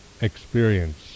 experience